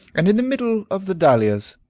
and in the middle of the dahlias,